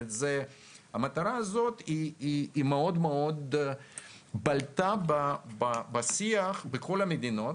המטרה הזאת מאוד בלטה בשיח בכל המדינות,